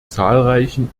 zahlreichen